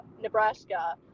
Nebraska